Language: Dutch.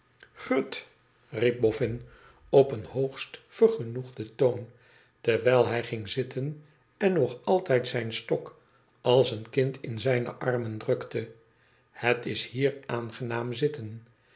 ignit riep boffin op een hoogst vergenoegden toon terwijl hij ging xitten en nog altijd zijn stok als een kind in zijne armen drukte thet is bier aangenaam zitten